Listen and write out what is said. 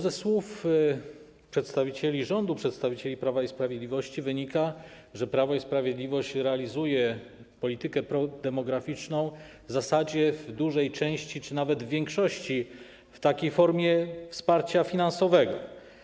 Ze słów przedstawicieli rządu, przedstawicieli Prawa i Sprawiedliwości, wynika, że Prawo i Sprawiedliwość realizuje politykę prodemograficzną w zasadzie w dużej części, czy nawet w większości, w formie wsparcia finansowego.